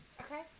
Okay